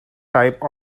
type